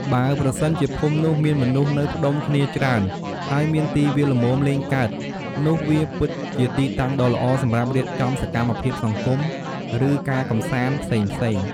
បើប្រសិនជាភូមិនោះមានមនុស្សនៅផ្ដុំគ្នាច្រើន ហើយមានទីវាលល្មមលេងកើត នោះវាពិតជាទីតាំងដ៏ល្អសម្រាប់រៀបចំសកម្មភាពសង្គម ឬការកម្សាន្តផ្សេងៗ។